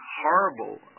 horrible